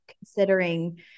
considering